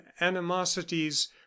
animosities